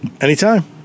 Anytime